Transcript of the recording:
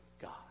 God